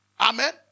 Amen